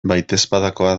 baitezpadakoa